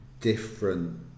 different